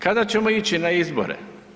Kada ćemo ići na izbore?